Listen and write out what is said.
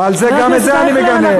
גם את זה אני מגנה.